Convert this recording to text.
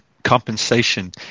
compensation